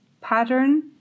pattern